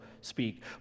speak